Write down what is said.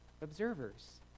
observers